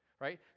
right